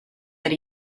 that